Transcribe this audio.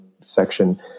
section